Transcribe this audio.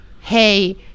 hey